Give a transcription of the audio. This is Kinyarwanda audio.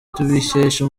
tubikesha